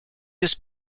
this